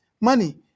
money